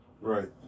Right